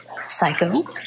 Psycho